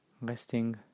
Resting